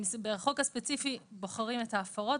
בחוק הספציפי בוחרים את ההפרות,